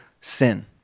sin